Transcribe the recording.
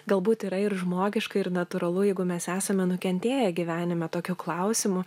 galbūt yra ir žmogiška ir natūralu jeigu mes esame nukentėję gyvenime tokiu klausimu